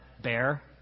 bear